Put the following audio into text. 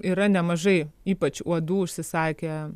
yra nemažai ypač uodų užsisakę